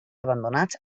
abandonats